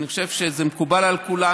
אני חושב שזה מקובל על כולם,